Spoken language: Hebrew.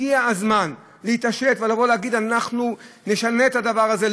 הגיע הזמן להתעשת ולבוא ולהגיד: אנחנו נשנה את הדבר הזה.